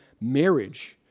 marriage